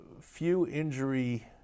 Few-injury